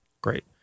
Great